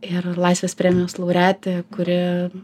ir laisvės premijos laureatė kuri